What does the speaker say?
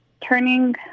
turning